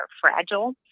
fragile